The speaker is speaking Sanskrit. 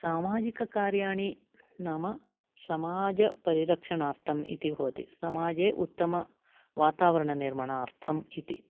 सामाजिककार्याणि नाम समाज परिरक्षणार्थम् इति भवति समाजे उत्तम वातावरणं निर्माणार्थम् इति